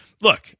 Look